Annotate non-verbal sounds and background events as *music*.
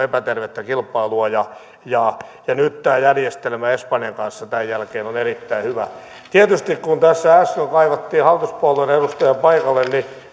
*unintelligible* epätervettä kilpailua ja nyt tämä järjestelmä espanjan kanssa tämän jälkeen on erittäin hyvä tietysti kun tässä äsken kaivattiin hallituspuolueen edustajaa paikalle niin *unintelligible*